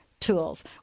tools